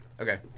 Okay